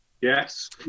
Yes